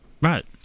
Right